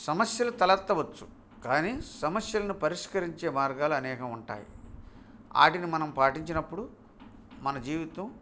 సమస్యలు తలెత్తవచ్చు కానీ సమస్యలను పరిష్కరించే మార్గాలు అనేకం ఉంటాయి వాటిని మనం పాటించినప్పుడు మన జీవితం